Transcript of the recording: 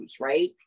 right